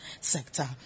sector